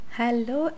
Hello